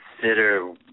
consider